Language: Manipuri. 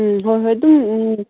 ꯎꯝ ꯍꯣꯏ ꯍꯣꯏ ꯑꯗꯨꯝ ꯎꯝ